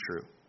true